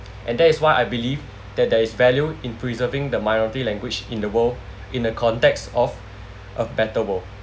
and that is why I believe that there is value in preserving the minority language in the world in the context of a better world